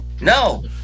no